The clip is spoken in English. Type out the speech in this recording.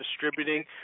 distributing